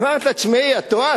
אמרתי: תשמעי, את טועה.